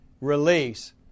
release